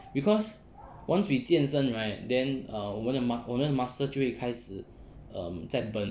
because once we 健身 right then err 我们的 muscle 就会开始在 burn